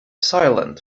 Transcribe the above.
silent